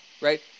right